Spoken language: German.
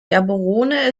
gaborone